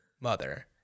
mother